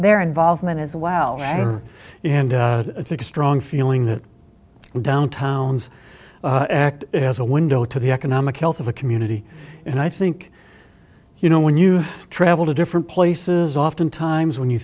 their involvement as well and it's a strong feeling that downtowns is a window to the economic health of the community and i think you know when you travel to different places oftentimes when you